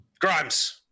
Grimes